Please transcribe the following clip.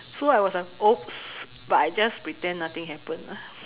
so I was like oops but I just pretend nothing happened lah